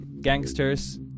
gangsters